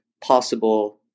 possible